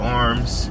arms